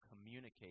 communicate